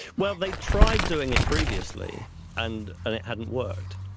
well they tried doing it previously and and it hadn't worked.